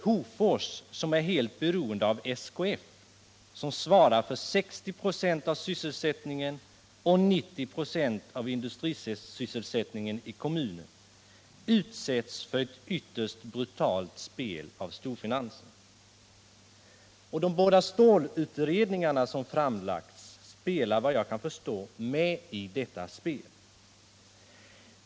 Hofors är helt beroende av SKF, som svarar för 60 96 av sysselsättningen och 90 926 av industrisysselsättningen i kommunen, och utsätts för ett ytterst brutalt spel av storfinansen. De båda stålutredningar som framlagts spelar, efter vad jag kan förstå, med i detta spel.